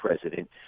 president